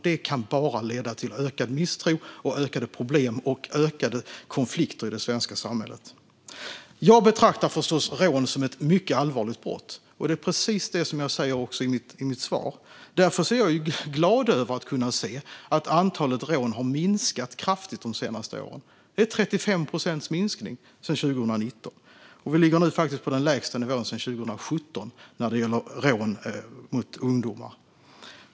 Det kan bara leda till ökad misstro, ökade problem och ökade konflikter i det svenska samhället. Jag betraktar förstås rån som ett mycket allvarligt brott. Det är också precis det jag säger i mitt svar. Därför är jag glad över att kunna se att antalet rån har minskat kraftigt de senaste åren. Det är 35 procents minskning sedan 2019. Vi ligger nu faktiskt på den lägsta nivån sedan 2017 när det gäller rån mot ungdomar.